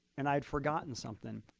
and i'd forgotten something.